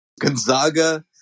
Gonzaga